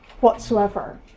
whatsoever